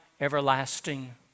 everlasting